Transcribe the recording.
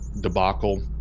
debacle